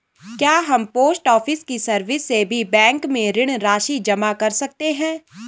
क्या हम post office की सर्विस से भी बैंक में ऋण राशि जमा कर सकते हैं?